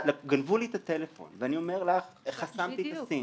גנבו לי את הטלפון, ואני אומר לך, חסמתי את הסים,